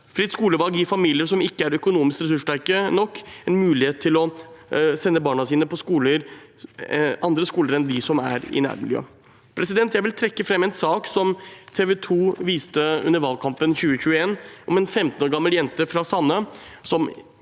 Fritt skolevalg gir familier som ikke er økonomisk ressurssterke nok, en mulighet til å sende barna sine på andre skoler enn dem som er i nærmiljøet. Jeg vil trekke fram en sak som TV 2 viste under valgkampen 2021, om en 15 år gammel jente fra Sande